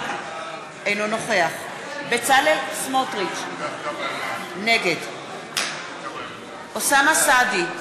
אינו נוכח בצלאל סמוטריץ, נגד אוסאמה סעדי,